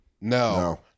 No